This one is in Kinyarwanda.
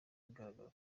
bigaragara